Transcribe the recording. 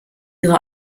ihre